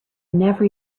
never